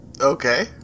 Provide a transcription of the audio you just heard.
Okay